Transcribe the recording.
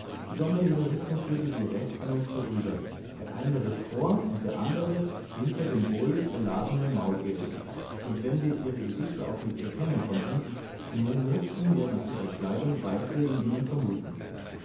sondern ihre richtung führte sie rechts an uns vorüber der eine ritt vor und der andere hinter den wohlbeladenen mauleseln und wenn wir ihre gesichter auch nicht erkennen konnten so mußten wir nach ihrer kleidung weiße in ihnen vermuten